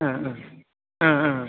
ആ ആ ആ ആ